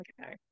okay